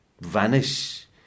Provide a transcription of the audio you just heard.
vanish